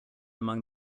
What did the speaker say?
among